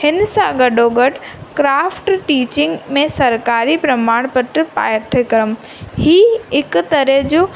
हिन सां गॾो गॾु क्राफ्ट टिचींग में सरकारी प्रमाण पत्र पाठ्यक्रम हीउ हिकु तरह जो